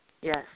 Yes